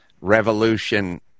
revolution